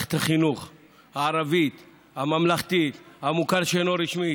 מערכת החינוך הערבי, הממלכתי, המוכר שאינו רשמי